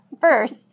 first